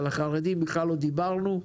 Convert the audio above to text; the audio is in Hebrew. על החרדים בכלל לא דיברנו,